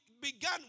begun